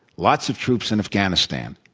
lots of troops in afghanistan.